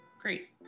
Great